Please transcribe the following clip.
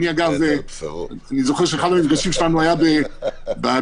אגב, אני זוכר שאחד המפגשים שלנו היה ב"בסר",